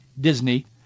Disney